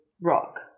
rock